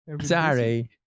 sorry